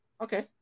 Okay